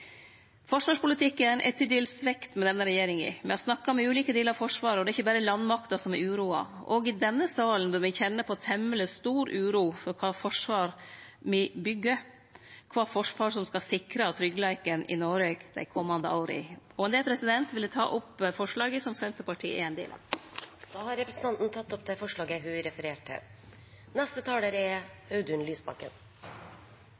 Forsvarspolitikken er til dels svekt med denne regjeringa. Me har snakka med ulike delar av Forsvaret, og det er ikkje berre landmakta som er uroa. Òg i denne salen bør me kjenne på ei temmeleg stor uro for kva forsvar me byggjer, kva forsvar som skal sikre tryggleiken i Noreg dei komande åra. Med det vil eg ta opp forslaget som Senterpartiet er ein del av. Da har representanten Liv Signe Navarsete tatt opp det forslaget hun refererte til.